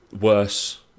worse